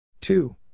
Two